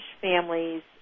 families